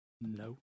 no